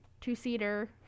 two-seater